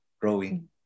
growing